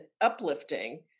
uplifting